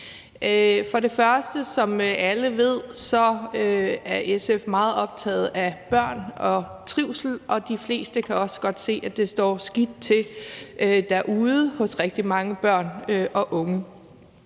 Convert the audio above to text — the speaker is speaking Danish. fremmest er SF, som alle ved, meget optaget af børn og trivsel, og de fleste kan også godt set, at det står skidt til derude hos rigtig mange børn og unge.